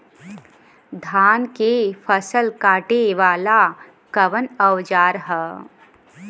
धान के फसल कांटे वाला कवन औजार ह?